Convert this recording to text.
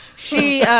she, yeah